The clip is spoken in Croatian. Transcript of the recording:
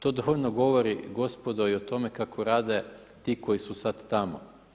To dovoljno govori gospodo, i o tome kako rade ti koji su sad tamo.